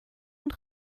und